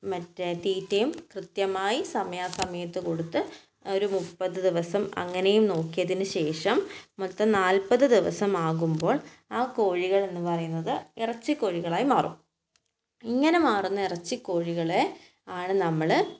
മറ്റേ തീറ്റയും കൃത്യമായി സമയാ സമയത്ത് കൊടുത്ത് ഒരു മുപ്പത്ത് ദിവസം അങ്ങനെയും നോക്കിയതിന് ശേഷം മൊത്തം നാല്പത് ദിവസം ആകുമ്പോൾ ആ കോഴികൾ എന്ന് പറയുന്നത് എറച്ചി കോഴികളായി മാറും ഇങ്ങനെ മാറുന്ന എറച്ചി കോഴികളെ ആണ് നമ്മൾ